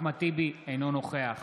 אינו נוכח